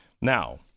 Now